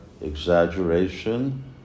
exaggeration